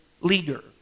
leader